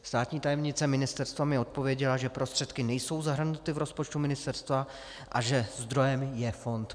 Státní tajemnice ministerstva mi odpověděla, že prostředky nejsou zahrnuty v rozpočtu ministerstva a že zdrojem je Fond privatizace.